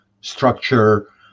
structure